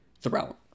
throughout